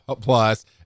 Plus